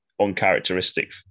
uncharacteristic